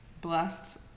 blessed